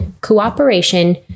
cooperation